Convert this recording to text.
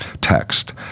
text